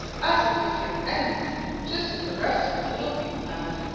i suppose he has enemies just as the rest of us little people have,